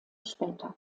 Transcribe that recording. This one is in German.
später